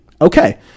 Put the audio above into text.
Okay